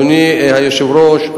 אדוני היושב-ראש,